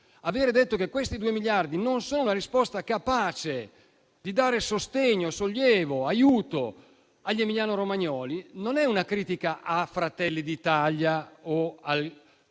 miliardi che non sono aggiuntivi - non sono una risposta capace di dare sostegno, sollievo e aiuto agli emiliano-romagnoli non è una critica a Fratelli d'Italia o al